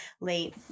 late